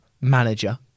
manager